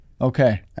Okay